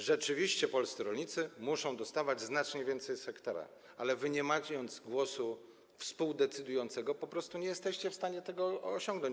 Rzeczywiście polscy rolnicy muszą dostawać znacznie więcej na 1 ha, ale wy, nie mając głosu współdecydującego, po prostu nie jesteście w stanie tego osiągnąć.